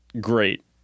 great